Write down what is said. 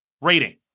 rating